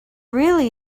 really